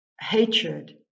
hatred